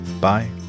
Bye